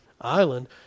island